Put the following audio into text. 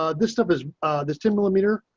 ah this stuff is this ten millimeter.